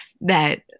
that-